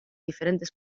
diferentes